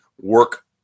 work